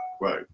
right